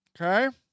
Okay